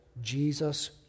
Jesus